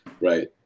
right